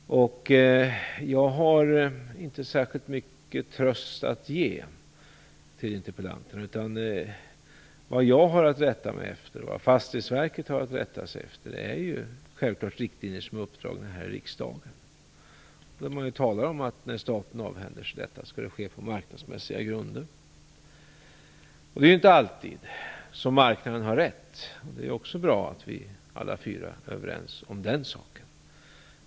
Jag har inte särskilt mycket tröst att ge till interpellanterna. Vad jag har att rätta mig efter, och vad Fastighetsverket har att rätta sig efter, är självfallet riktlinjer som är uppdragna av denna riksdag. Den har talat om att när staten avhänder sig denna egendom skall det ske på marknadsmässiga villkor. Det är inte alltid som marknaden har rätt. Det är också bra att vi alla fyra är överens om den saken.